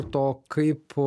to kaip